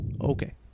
Okay